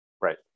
Right